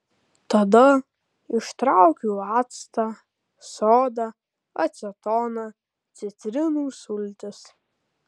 tada ištraukiau actą sodą acetoną citrinų sultis